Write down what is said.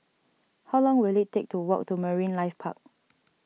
how long will it take to walk to Marine Life Park